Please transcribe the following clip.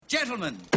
gentlemen